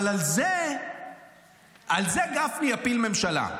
אבל על זה גפני יפיל ממשלה.